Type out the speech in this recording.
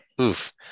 Oof